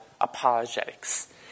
apologetics